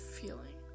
feeling